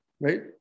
Right